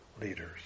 leaders